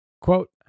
Quote